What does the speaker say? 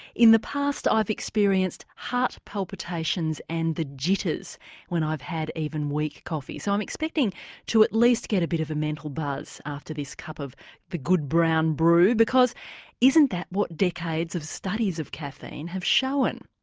in the past i've experienced heart palpitations and the jitters when i've had even weak coffee, so i'm expecting to at least get a bit of a mental buzz after this cup of this good brown brew because isn't that what decades of studies of caffeine have shown?